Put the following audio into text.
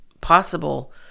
possible